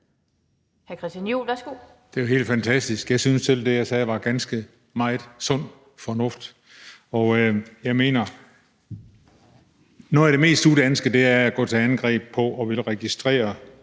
Det er jo helt fantastisk. Jeg synes selv, at det, jeg sagde, i høj grad var sund fornuft. Og jeg mener, at noget af det mest udanske er at gå til angreb på og ville registrere,